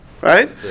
right